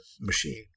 machine